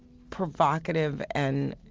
provocative and